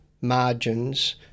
margins